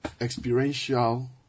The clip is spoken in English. experiential